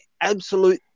Absolute